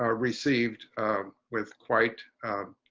ah received with quite